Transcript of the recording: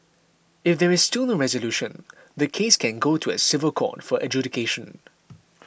if there is still no resolution the case can go to a civil court for adjudication